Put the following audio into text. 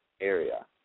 area